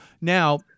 now